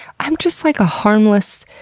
i'm just like a harmless,